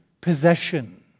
possession